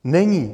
Není!